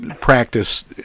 practice